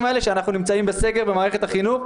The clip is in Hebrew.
האלה שאנחנו נמצאים בסגר במערכת החינוך,